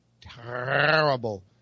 terrible